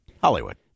Hollywood